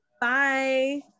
Bye